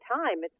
time